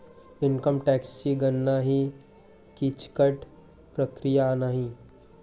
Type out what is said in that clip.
income टॅक्सची गणना ही किचकट प्रक्रिया नाही